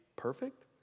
perfect